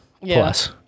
Plus